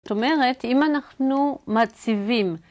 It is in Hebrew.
זאת אומרת אם אנחנו מציבים